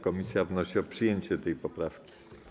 Komisja wnosi o przyjęcie tej poprawki.